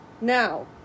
Now